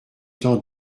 temps